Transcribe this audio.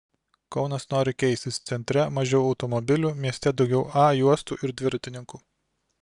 kaunas nori keistis centre mažiau automobilių mieste daugiau a juostų ir dviratininkų